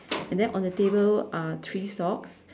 and then on the table are three socks